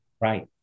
Right